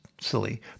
silly